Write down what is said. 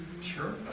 Sure